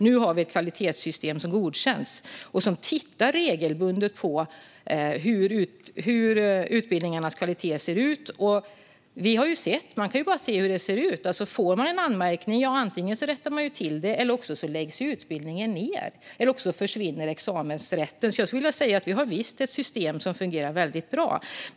Nu har vi ett som godkänns och tittar regelbundet på utbildningarnas kvalitet. Vi har ju sett hur det ser ut. Får man en anmärkning, ja, antingen rättar man till det eller också läggs utbildningen ned och examensrätten försvinner. Jag skulle vilja säga att vi har ett system som fungerar väldigt bra.